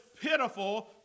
pitiful